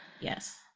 Yes